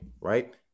Right